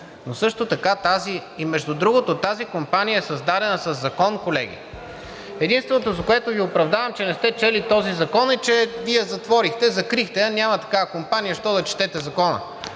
на Закона. Между другото, тази компания е създадена със закон, колеги, и единственото, за което Ви оправдавам, че не сте чели този закон, е, че Вие я затворихте, закрихте я – няма такава компания, защо да четете закона?